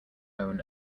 own